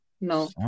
No